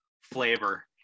flavor